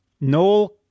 Noel